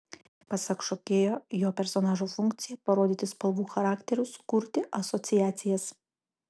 pasak šokėjo jo personažo funkcija parodyti spalvų charakterius kurti asociacijas